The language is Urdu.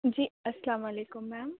جی السّلام علیکم میم